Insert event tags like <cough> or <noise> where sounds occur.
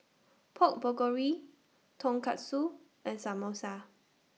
Pork <unintelligible> Tonkatsu and Samosa